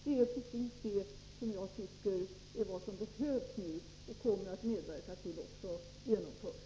Detta är precis det som jag tycker behövs, och jag kommer också att medverka till dess genomförande.